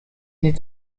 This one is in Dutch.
niet